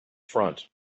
front